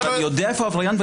אני יודע איפה העבריין.